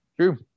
True